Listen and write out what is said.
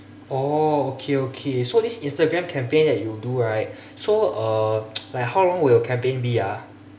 oh okay okay so this instagram campaign that you do right so uh like how long will your campaign be ah